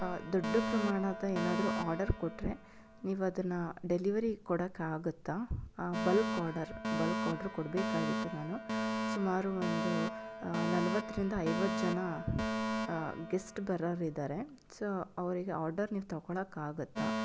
ದೊಡ್ಡ ಪ್ರಮಾಣದ ಏನಾದರೂ ಆರ್ಡರ್ ಕೊಟ್ಟರೆ ನೀವು ಅದನ್ನು ಡೆಲಿವರಿ ಕೊಡೋಕ್ಕಾಗತ್ತಾ ಬಲ್ಕ್ ಆರ್ಡರ್ ಬಲ್ಕ್ ಆರ್ಡರ್ ಕೊಡಬೇಕಾಗಿತ್ತು ನಾನು ಸುಮಾರು ಒಂದು ನಲವತ್ತರಿಂದ ಐವತ್ತು ಜನ ಗೆಸ್ಟ್ ಬರೋರಿದ್ದಾರೆ ಸೋ ಅವರಿಗೆ ಆರ್ಡರ್ ನೀವು ತೊಗೊಳಕ್ಕಾಗತ್ತಾ